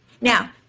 Now